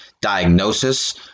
diagnosis